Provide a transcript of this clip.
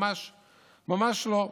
ממש לא.